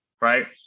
right